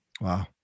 Wow